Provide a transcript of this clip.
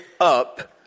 up